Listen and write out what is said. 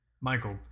Michael